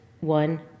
one